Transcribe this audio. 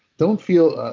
don't feel,